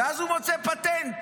ואז הוא מוצא פטנט: